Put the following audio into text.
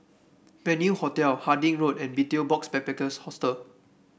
Venue Hotel Harding Road and Betel Box Backpackers Hostel